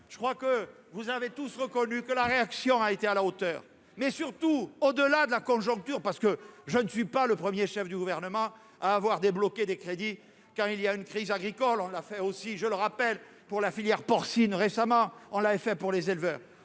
je crois que vous avez tous reconnu que la réaction a été à la hauteur, mais surtout, au-delà de la conjoncture parce que je ne suis pas le 1er, chef du gouvernement à avoir débloqué des crédits car il y a une crise agricole, on a fait aussi, je le rappelle pour la filière porcine récemment on l'avait fait pour les éleveurs,